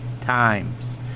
times